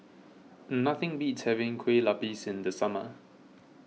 nothing beats having Kueh Lopes in the summer